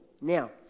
Now